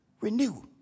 Renew